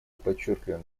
подчеркиваем